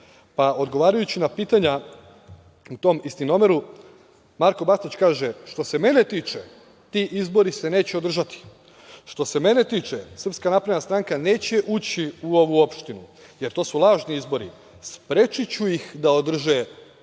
pa odgovarajući na pitanja u tom „Istinomeru“ Marko Bastać kaže – što se mene tiče, ti izbori se neće održati, što se mene tiče SNS neće ući u ovu opštinu, jer to su lažni izbori, sprečiću ih da održe izbore,